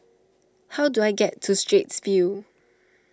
how do I get to Straits View